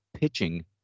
pitching